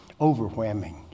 Overwhelming